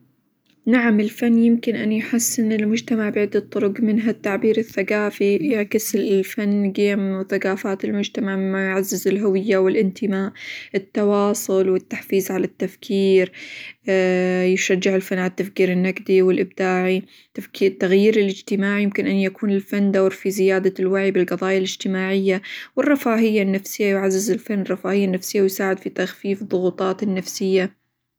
نعم الفن يمكن أن يحسن المجتمع بعدة طرق منها: التعبير الثقافي، يعكس الفن قيم، وثقافات المجتمع ما يعزز الهوية، والإنتماء، التواصل، والتحفيز على التفكير، يشجع الفنان على التفكير النقدي، والإبداعي، -تفكي- التغيير الإجتماعي يمكن أن يكون للفن دور في زيادة الوعى بالقظايا الإجتماعية، والرفاهية النفسية، يعزز الفن الرفاهية النفسية، ويساعد فى تخفيف ظغوطات النفسية.